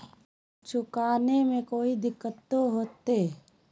Loan चुकाने में कोई दिक्कतों होते?